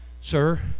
Sir